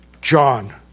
John